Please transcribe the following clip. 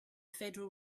federal